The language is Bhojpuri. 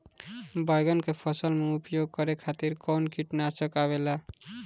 बैंगन के फसल में उपयोग करे खातिर कउन कीटनाशक आवेला?